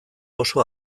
oso